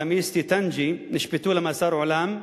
חמיס טוטנג'י, נשפטו למאסר עולם.